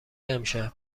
امشب